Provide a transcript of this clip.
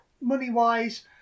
money-wise